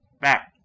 Back